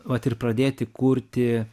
vat ir pradėti kurti